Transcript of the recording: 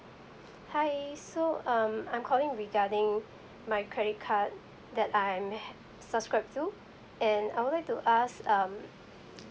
hi so um I'm calling regarding my credit card that I'm uh subscribed to and I would like to ask um